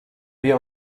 wir